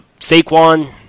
Saquon